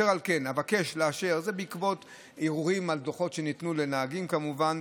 זה בעקבות ערעורים על דוחות שניתנו לנהגים כמובן.